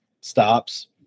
stops